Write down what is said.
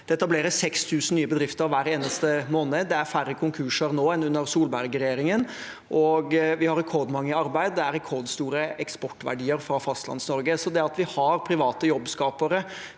Det etableres 6 000 nye bedrifter hver eneste måned. Det er færre konkurser nå enn under Solberg-regjeringen. Vi har rekordmange i arbeid. Det er rekordstore eksportverdier fra Fastlands-Norge. Det at vi over hele Norge har private jobbskapere,